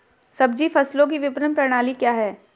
सब्जी फसलों की विपणन प्रणाली क्या है?